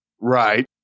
Right